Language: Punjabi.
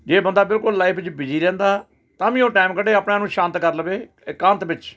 ਜੇ ਬੰਦਾ ਬਿਲਕੁਲ ਲਾਈਫ 'ਚ ਬਿਜ਼ੀ ਰਹਿੰਦਾ ਤਾਂ ਵੀ ਉਹ ਟਾਈਮ ਕੱਢੇ ਆਪਣੇ ਆਪ ਨੂੰ ਸ਼ਾਂਤ ਕਰ ਲਵੇ ਇਕਾਂਤ ਵਿੱਚ